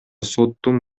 соттун